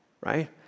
right